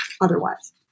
otherwise